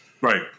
Right